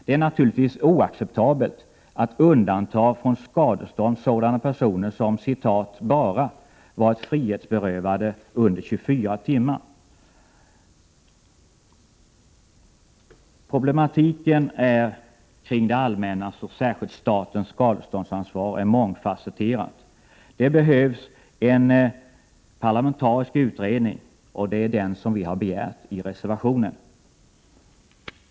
Det är naturligtvis oacceptabelt att undanta från skadestånd sådana personer som ”bara” varit frihetsberövade mindre än 24 timmar. Problematiken kring det allmännas och särskilt statens skadeståndsansvar är mångfasetterad. Det behövs en parlamentarisk utredning, och det är en sådan vi har begärt i reservationen.